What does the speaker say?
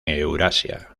eurasia